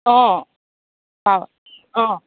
অঁ অঁ অঁ